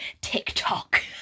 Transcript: TikTok